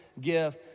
gift